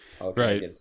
Right